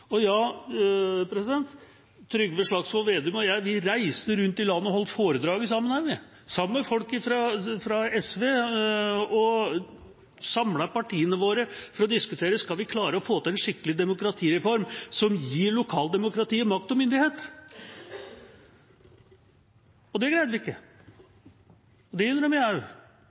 om. Ja, Trygve Slagsvold Vedum og jeg reiste rundt i landet og holdt foredrag sammen, sammen med folk fra SV, og samlet partiene våre for å diskutere om vi kunne klare å få til en skikkelig demokratireform som ga lokaldemokratiet makt og myndighet. Det greide vi ikke, det